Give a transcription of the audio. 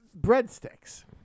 Breadsticks